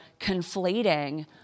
conflating